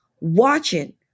watching